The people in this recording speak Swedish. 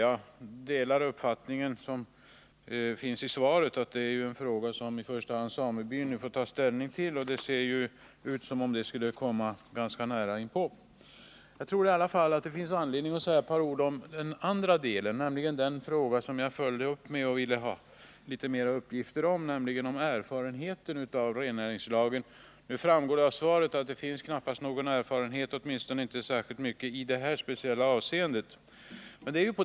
Jag delar uppfattningen i svaret att det är en fråga som i första hand samebyn får ta ställning till. Det verkar som om ett sådant ställningstagande är nära förestående. Jag tror i alla fall att det finns anledning att säga ett par ord om den andra delen, nämligen den fråga som jag följde upp med och som jag ville ha litet mer uppgifter om, nämligen erfarenheten av rennäringslagen. Nu framgår det av svaret att det knappast finns någon erfarenhet av den, åtminstone inte särskilt mycket i det här speciella avseendet.